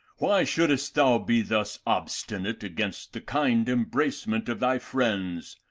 why shouldest thou be thus obstinate against the kind embracement of thy friends?